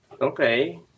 okay